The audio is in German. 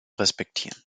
respektieren